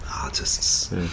artists